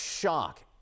shock